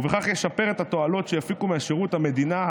ובכך ישפר את התועלות שיפיקו מהשירות המדינה,